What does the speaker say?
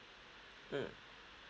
mm